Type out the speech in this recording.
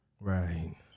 Right